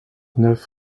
neuf